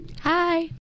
Hi